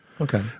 Okay